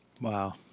Wow